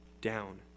down